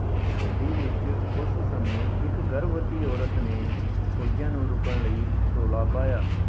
ਗੱਡੀ ਵਿੱਚ ਉਸ ਸਮੇਂ ਇੱਕ ਗਰਭਵਤੀ ਔਰਤ ਨੇ ਫ਼ੌਜੀਆਂ ਨੂੰ ਰੁਕਣ ਲਈ ਰੌਲਾ ਪਾਇਆ